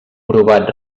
provat